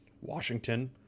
Washington